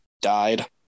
died